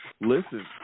Listen